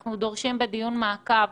שאנחנו דורשים שבדיון המעקב